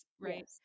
right